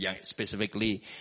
specifically